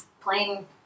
playing